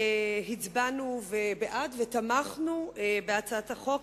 הצבענו בעד ותמכנו בהצעת החוק,